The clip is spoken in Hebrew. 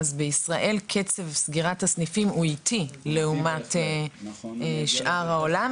בישראל קצב סגירת הסניפים הוא איטי לעומת שאר העולם.